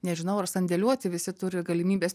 nežinau ar sandėliuoti visi turi galimybes